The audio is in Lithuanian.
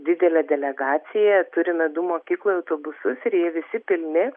didelė delegacija turime du mokykloj autobusus ir jie visi pilni